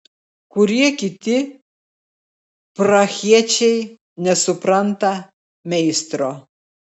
kurie kiti prahiečiai nesupranta meistro